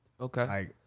Okay